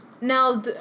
now